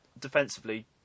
defensively